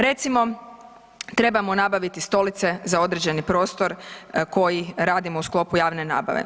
Recimo trebamo nabaviti stolice za određeni prostor koji radimo u sklopu javne nabave.